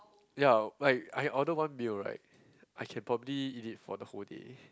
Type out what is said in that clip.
ya like I order one meal right I can probably eat it for the whole day